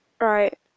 right